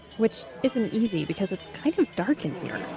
which isn't easy, because it's kind of dark in here